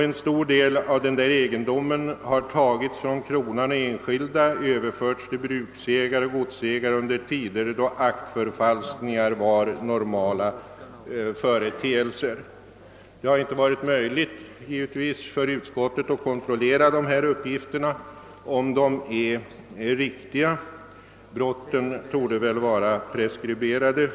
En stor del av egendomarna som har tagits från kronan och enskilda har överförts till bruksägare och godsägare under tider då aktförfalskningar var normala företeelser, säger motionären. Det har givetvis inte varit möjligt för utskottet att kontrollera, om uppgifterna är riktiga. Brotten torde i varje fall vara preskriberade.